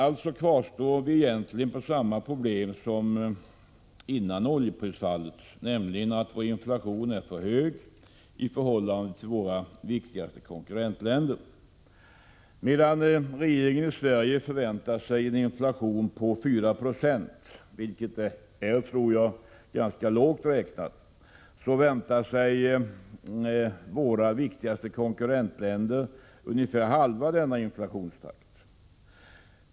Alltså kvarstår egentligen samma problem som före oljeprisfallet, nämligen att vår inflation är för hög i förhållande till inflationen i våra viktigaste konkurrentländer. Medan regeringen i Sverige förväntar sig en inflation på 4 96, vilket jag tror är ganska lågt räknat, väntar sig våra viktigaste konkurrentländer ungefär halva denna inflationstakt.